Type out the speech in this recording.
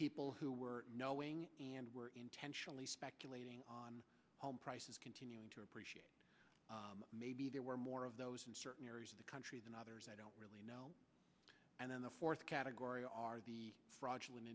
people who were knowing and were intentionally speculating on home prices continuing to appreciate maybe there were more of those in certain areas of the country than others i don't really know and then the fourth category are the fraudulent